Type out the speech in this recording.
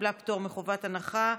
קיבלה פטור מחובת הנחה.